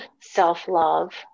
self-love